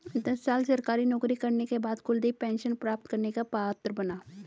दस साल सरकारी नौकरी करने के बाद कुलदीप पेंशन प्राप्त करने का पात्र बना